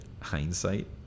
Hindsight